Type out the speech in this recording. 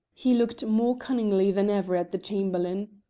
he looked more cunningly than ever at the chamberlain.